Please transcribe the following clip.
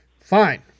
Fine